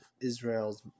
Israel's